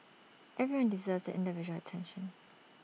everyone deserves the individual attention